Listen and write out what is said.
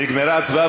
נגמרה ההצבעה,